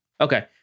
Okay